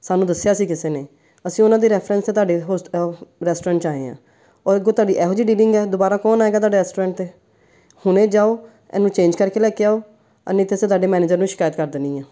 ਸਾਨੂੰ ਦੱਸਿਆ ਸੀ ਕਿਸੇ ਨੇ ਅਸੀਂ ਉਹਨਾਂ ਦੀ ਰੈਫਰੈਂਸ 'ਤੇ ਤੁਹਾਡੇ ਹੋਸਟ ਰੈਸਟੋਰੈਂਟ 'ਚ ਆਏ ਹਾਂ ਔਰ ਅੱਗੋਂ ਤੁਹਾਡੀ ਇਹੋ ਜਿਹੀ ਡਿਲਿੰਗ ਹੈ ਦੁਬਾਰਾ ਕੌਣ ਆਏਗਾ ਤੁਹਾਡੇ ਰੈਸਟੋਰੈਂਟ 'ਤੇ ਹੁਣੇ ਜਾਉ ਇਹਨੂੰ ਚੇਂਜ ਕਰਕੇ ਲੈ ਕੇ ਆਉ ਨਹੀਂ ਤਾਂ ਅਸੀਂ ਤੁਹਾਡੇ ਮੈਨੇਜਰ ਨੂੰ ਸ਼ਿਕਾਇਤ ਕਰ ਦੇਣੀ ਆ